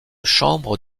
chambre